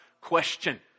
question